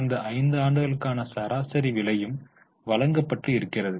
கடந்த 5 ஆண்டுகளுக்கான சராசரி விலையும் வழங்கப்பட்டு இருக்கிறது